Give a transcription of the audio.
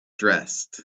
dressed